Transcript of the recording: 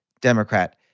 Democrat